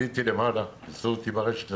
עליתי למעלה, כיסו אותי ברשת הסוואה,